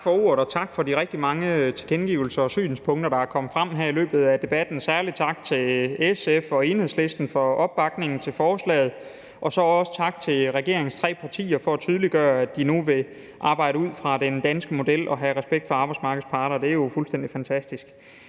Tak for ordet, og tak for de rigtig mange tilkendegivelser og synspunkter, der er kommet frem her i løbet af debatten – særlig tak til SF og Enhedslisten for opbakningen til forslaget. Og så også tak til regeringens tre partier for at tydeliggøre, at de nu vil arbejde ud fra den danske model og have respekt for arbejdsmarkedets parter – det er jo fuldstændig fantastisk.